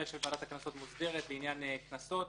של ועדת הקנסות מוסדרת בעניין קנסות,